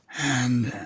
and